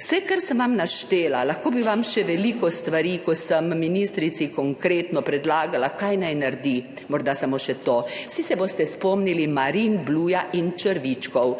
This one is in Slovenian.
Vse, kar sem vam naštela, lahko bi vam še veliko stvari, ko sem ministrici konkretno predlagala, kaj naj naredi, morda samo še to. Vsi se boste spomnili Marinbluja in črvičkov,